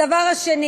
הדבר השני